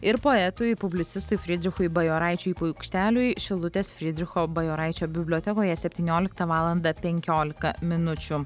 ir poetui publicistui fridrichui bajoraičiui paukšteliui šilutės fridricho bajoraičio bibliotekoje septynioliktą valandą penkiolika minučių